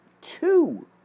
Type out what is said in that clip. two